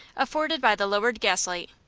afforded by the lowered gaslight,